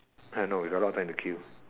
I don't know we got a lot of time to kill